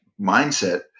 mindset